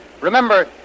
Remember